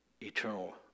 eternal